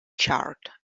charred